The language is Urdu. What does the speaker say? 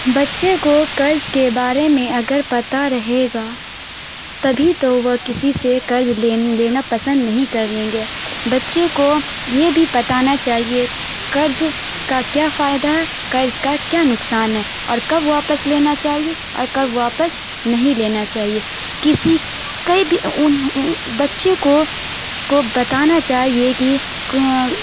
بچّے کو قرض کے بارے میں اگر پتہ رہے گا تبھی تو وہ کسی سے قرض لین لینا پسند نہیں کریں گے بچّے کو یہ بھی پتانا چاہیے قرض کا کیا فائدہ ہے قرض کا کیا نقصان ہے اور کب واپس لینا چاہیے اور کب واپس نہیں لینا چاہیے کسی کئی بھی ان بچّے کو کو بتانا چاہیے کہ